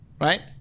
right